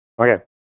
Okay